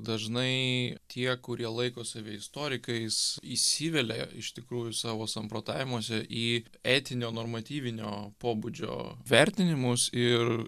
dažnai tie kurie laiko save istorikais įsivelia iš tikrųjų savo samprotavimuose į etinio normatyvinio pobūdžio vertinimus ir